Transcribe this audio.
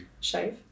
Shave